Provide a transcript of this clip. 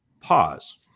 pause